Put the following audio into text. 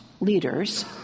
leaders